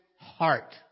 heart